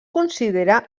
considera